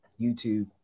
YouTube